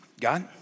God